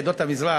עדות המזרח,